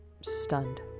stunned